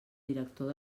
director